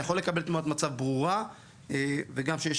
אתה יכול לקבל תמונת מצב ברורה וגם שיש